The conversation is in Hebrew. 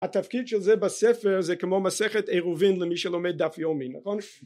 התפקיד של זה בספר זה כמו מסכת עירובין למי שלומד דף יומין נכון